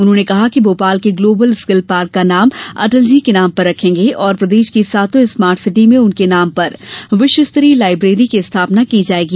उन्होंने कहा कि भोपाल के ग्लोबल स्किल पार्क का नाम अटल जी के नाम पर रखेंगे और प्रदेश की सातों स्मार्ट सिटी में उनके नाम पर विश्व स्तरीय लायब्रेरी की स्थापना की जायेगी